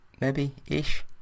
maybe-ish